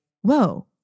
whoa